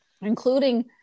including